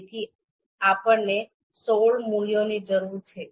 તેથી આપણને સોળ મૂલ્યોની જરૂર છે